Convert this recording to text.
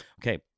okay